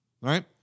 right